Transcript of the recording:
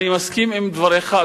אני מסכים עם דבריך,